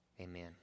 Amen